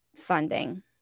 Funding